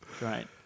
Right